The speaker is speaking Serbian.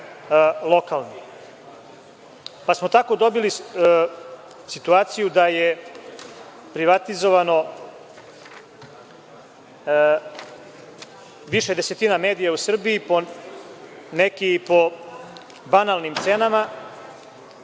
Tako smo dobili situaciju da je privatizovano više desetina medija u Srbiji, neki i po banalnim cenama,